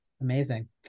Amazing